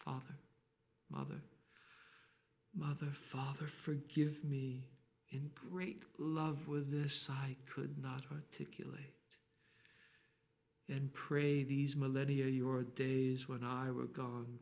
father mother mother father forgive me in great love with this i could not articulate and pray these millennia your days when i w